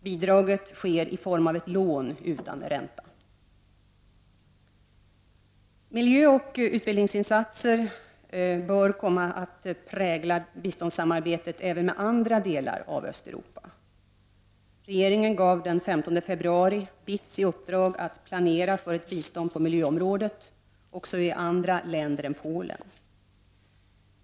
Bidraget ges i form av ett lån utan ränta. Miljöoch utbildningsinsatser bör komma att prägla biståndssamarbetet även med andra delar av Östeuropa. Regeringen gav den 15 februari BITS i uppdrag att planera för ett bistånd på miljöområdet också till andra länder än Polen.